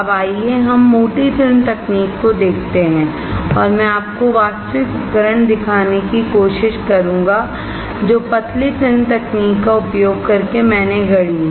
अब आइए हम मोटी फिल्म तकनीक को देखते हैं और मैं आपको वास्तविक उपकरण दिखाने की कोशिश करूंगा जो पतली फिल्म तकनीक का उपयोग करके मैंने गढ़ी है